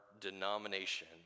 denomination